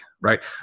right